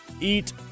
eat